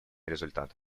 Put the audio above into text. результаты